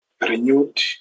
renewed